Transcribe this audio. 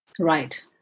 Right